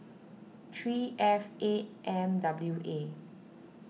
three F eight M W A